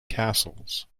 castles